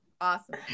Awesome